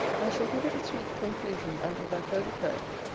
i shall give it a sweet conclusion out of that holy poet,